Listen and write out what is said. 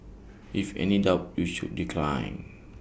if in any doubt you should decline